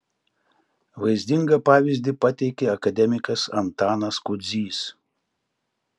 vaizdingą pavyzdį pateikė akademikas antanas kudzys